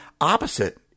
opposite